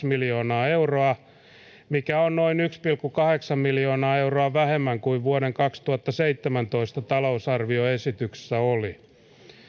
miljoonaa euroa mikä on noin yksi pilkku kahdeksan miljoonaa euroa vähemmän kuin vuoden kaksituhattaseitsemäntoista talousarvioesityksessä oli